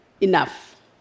enough